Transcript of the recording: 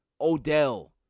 Odell